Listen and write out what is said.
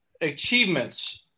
achievements